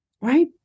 right